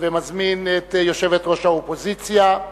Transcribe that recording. ומזמין את יושבת-ראש האופוזיציה.